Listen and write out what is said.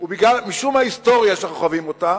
ומשום ההיסטוריה שאנחנו חווים אותה,